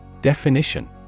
Definition